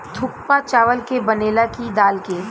थुक्पा चावल के बनेला की दाल के?